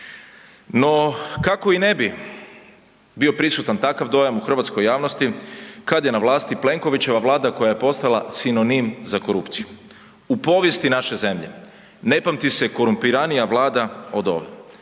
No, kako i ne bi bio prisutan takav dojam u hrvatskoj javnosti kada je na vlasti Plenkovićeva vlada koja je postala sinonim za korupciju. U povijesti naše zemlje ne pamti se korumpiranija Vlada od ove,